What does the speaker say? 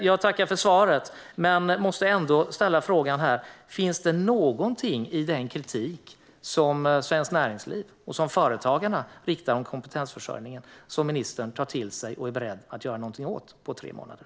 Jag tackar för svaret, men jag måste ändå ställa frågan: Finns det någonting i den kritik som Svenskt Näringsliv och Företagarna riktar mot kompetensförsörjningen som ministern tar till sig och är beredd att göra någonting åt på tre månader?